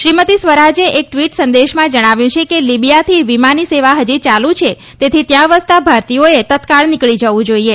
શ્રીમતી સ્વરાજે એક ટવીટ સંદેશમાં જણાવ્યું છે કે લીબીયાથી વિમાની સેવા હજી ચાલુ છે તેથી ત્યાં વસતાં ભારતીયોએ તત્કાળ નીકળી જવુ જોઈએ